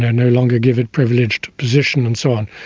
and no longer give it privileged position and so on.